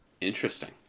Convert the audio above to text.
Interesting